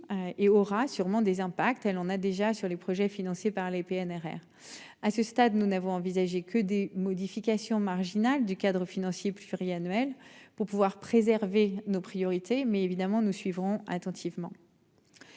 et aura sûrement des impacts elle on a déjà sur les projets financés par les PNR. À ce stade nous n'avons envisagé que des modifications marginales du cadre financier pluriannuel pour pouvoir préserver nos priorités mais évidemment nous suivrons attentivement.